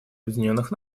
объединенных